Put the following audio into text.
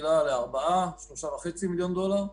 תחילה ל-4-3.5 מיליון דולר,